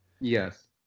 Yes